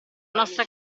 nostra